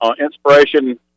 inspiration